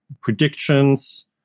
predictions